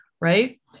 right